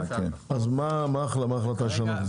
מה ההחלטה שלנו?